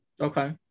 Okay